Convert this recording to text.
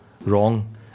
wrong